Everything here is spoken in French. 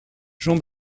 jean